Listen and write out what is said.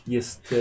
Jest